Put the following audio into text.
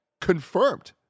confirmed